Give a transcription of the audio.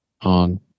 on